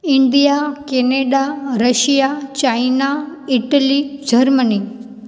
India Canada Russia China Italy Germany